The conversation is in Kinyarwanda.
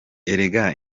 erega